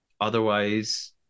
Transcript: otherwise